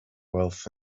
wealth